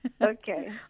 okay